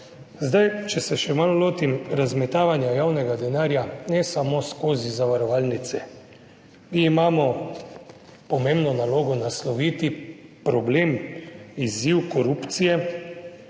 brado. Če se še malo lotim razmetavanja javnega denarja, ne samo skozi zavarovalnice. Mi imamo pomembno nalogo nasloviti problem, izziv korupcije,